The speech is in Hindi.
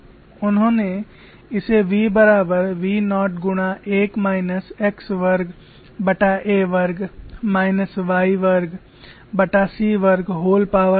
उन्होंने इसे v बराबर v नॉट गुणा 1 माइनस x वर्गa वर्ग माइनस y वर्गc वर्ग व्होल पॉवर आधा